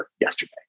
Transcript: yesterday